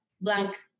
blank